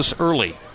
early